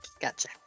Gotcha